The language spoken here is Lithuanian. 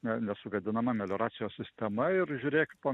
ne nesugadinama melioracijos sistema ir žiūrėk po